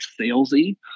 salesy